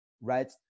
right